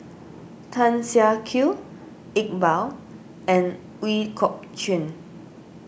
Tan Siak Kew Iqbal and Ooi Kok Chuen